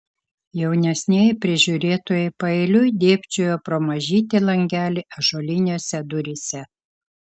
jaunesnieji prižiūrėtojai paeiliui dėbčiojo pro mažytį langelį ąžuolinėse duryse